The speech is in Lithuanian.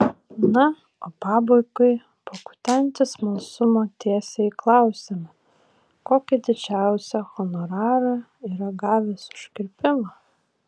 na o pabaigai pakutenti smalsumo tiesiai klausiame kokį didžiausią honorarą yra gavęs už kirpimą